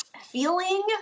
feeling